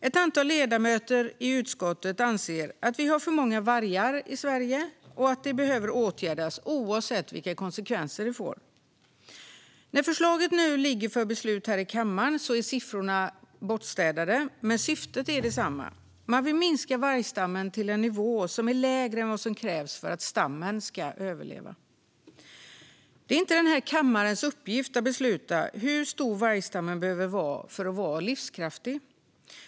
Ett antal ledamöter i utskottet anser att vi har för många vargar i Sverige och att detta behöver åtgärdas, oavsett vilka konsekvenser det får. När förslaget nu ligger för beslut i kammaren är siffrorna bortstädade, men syftet är detsamma. Man vill minska vargstammen till en nivå som är lägre än vad som krävs för att stammen ska överleva. Det är inte den här kammarens uppgift att besluta hur stor vargstammen behöver vara för att vara livskraftig.